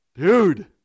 dude